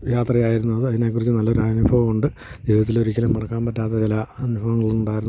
യാത്രയായിരുന്നു അത് അതിനെക്കുറിച്ച് നല്ലൊരു അനുഭവമുണ്ട് ജീവിതത്തിലൊരിക്കലും മറക്കാൻ പറ്റാത്ത ചില അനുഭവങ്ങളുണ്ടായിരുന്നു